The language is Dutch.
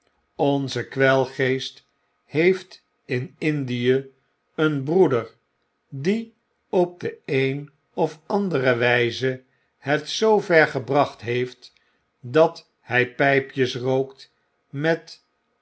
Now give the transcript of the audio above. onze kwelgeest heeft in indie een breeder die op de een of andere wiize het zoo ver gebracht heeft dathy pijpjes rookt met